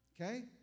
Okay